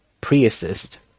pre-assist